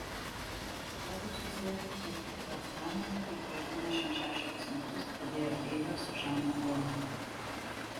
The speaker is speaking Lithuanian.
juodu susėdo prie virtuvės stalo kaip prieš dvidešimt šešerius metus sėdėjo eiva su žanu poliu